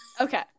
Okay